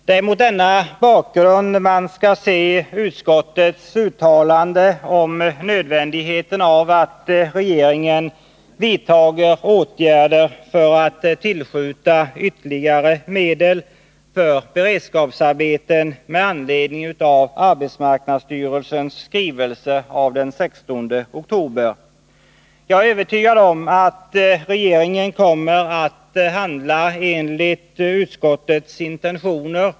Det är mot denna bakgrund man skall se utskottets uttalande om nödvändigheten av att regeringen vidtager åtgärder för att tillskjuta ytterligare medel för beredskapsarbeten med anledning av AMS skrivelse den 16 oktober. Jag är övertygad om att regeringen kommer att handla enligt utskottets intentioner.